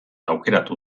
aukeratu